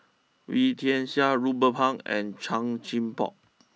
Wee Tian Siak Ruben Pang and Chan Chin Bock